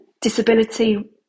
Disability